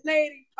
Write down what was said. Lady